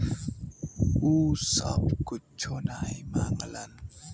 उ सब कुच्छो नाही माँगलन